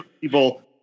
people